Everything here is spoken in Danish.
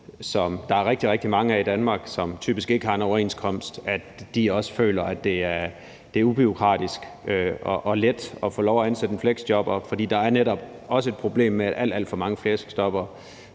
som der er rigtig, rigtig mange af i Danmark, og som typisk ikke har en overenskomst, også føler, at det er ubureaukratisk og let at få lov til at ansætte en fleksjobber. For der er nemlig også et problem med, at alt, alt for mange fleksjobbere,